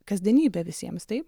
kasdienybė visiems taip